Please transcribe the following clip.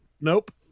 Nope